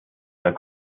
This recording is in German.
einer